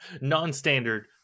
non-standard